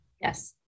Yes